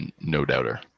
no-doubter